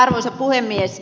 arvoisa puhemies